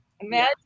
Imagine